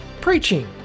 preaching